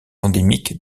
endémique